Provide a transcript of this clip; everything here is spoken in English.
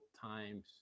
times